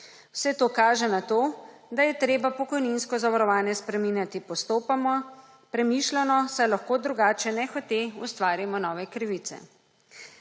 Vse to kaže na to, da je treba pokojninsko zavarovanje spreminjati postopoma, premišljeno, saj lahko drugače nehote ustvarimo nove krivice.